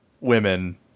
women